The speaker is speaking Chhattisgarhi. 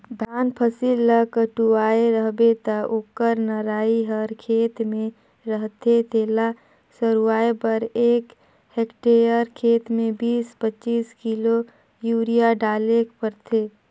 धान फसिल ल कटुवाए रहबे ता ओकर नरई हर खेते में रहथे तेला सरूवाए बर एक हेक्टेयर खेत में बीस पचीस किलो यूरिया डालेक परथे